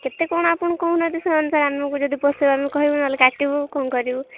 କେତେ କ'ଣ ଆପଣ କହୁନାହାନ୍ତି ସେଇ ଅନୁସାରେ ଆମକୁ ଯଦି ପୋଷାଇବ ଆମେ କହିବୁ ନହେଲେ କାଟିବୁ କ'ଣ କରିବୁ